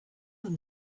them